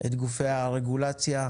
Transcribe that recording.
את גופי הרגולציה,